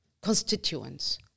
Constituents